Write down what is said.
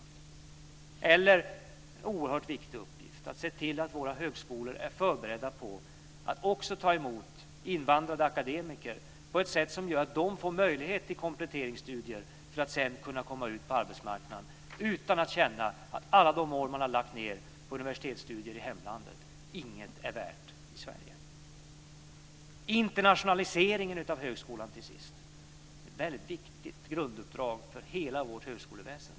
Det är också en oerhört viktig uppgift att se till att våra högskolor är förberedda på att ta emot invandrade akademiker, så att de får möjlighet till kompletteringsstudier för att sedan kunna komma ut på arbetsmarknaden utan att känna att alla de år som de har lagt ned på universitetsstudier i hemlandet inget är värt i Sverige. Internationaliseringen av högskolan, till sist, är ett väldigt viktigt grunduppdrag för hela vårt högskoleväsende.